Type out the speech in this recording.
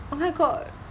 oh my god